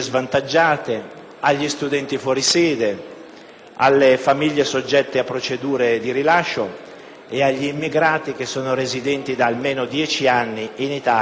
alle famiglie soggette a procedure di rilascio e agli immigrati che sono residenti da almeno dieci anni in Italia e da cinque anni nella Regione.